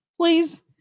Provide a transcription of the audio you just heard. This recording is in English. please